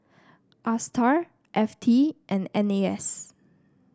Astar F T and N A S